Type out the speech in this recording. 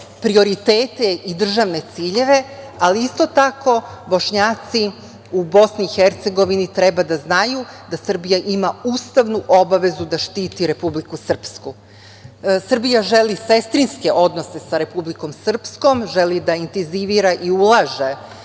prioritete i državne ciljeve, ali isto tako, Bošnjaci u BiH, treba da znaju da Srbija ima ustavnu obavezu da štiti Republiku Srpsku. Srbija želi sestrinske odnose sa Republikom Srpskom, želi da intenzivira i ulaže